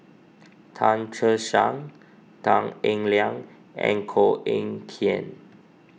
Tan Che Sang Tan Eng Liang and Koh Eng Kian